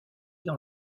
dans